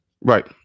right